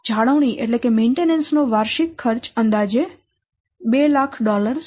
જાળવણી નો વાર્ષિક ખર્ચ અંદાજે 200000 છે